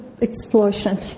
explosion